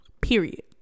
period